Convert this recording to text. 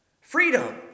Freedom